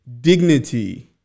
dignity